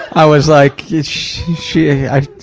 i was like, she, i.